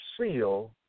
seal